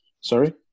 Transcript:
Sorry